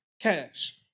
Cash